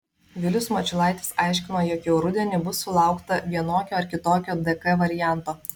vilius mačiulaitis aiškino jog jau rudenį bus sulaukta vienokio ar kitokio dk varianto